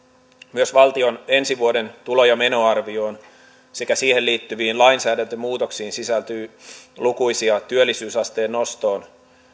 myös valtion ensi vuoden tulo ja menoarvioon sekä siihen liittyviin lainsäädäntömuutoksiin sisältyy lukuisia työllisyysasteen nostoon